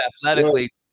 athletically